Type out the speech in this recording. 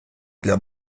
для